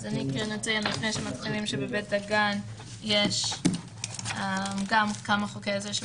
אני אציין שבבית דגן בוטלו כמה חוקי עזר,